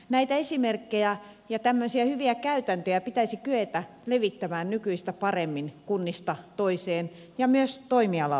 näitä esimerkkejä ja tämmöisiä hyviä käytäntöjä pitäisi kyetä levittämään nykyistä paremmin kunnasta toiseen ja myös toimialalta toiselle